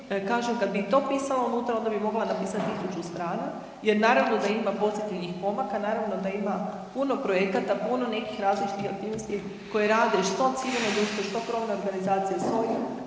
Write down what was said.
kažem kad bi i to pisala unutra onda bi mogla napisat 1000 strana jer naravno da ima pozitivnih pomaka, naravno da ima puno projekata, puno nekih različitih aktivnosti koje rade što civilno društvo, što krovna organizacija …/Govornik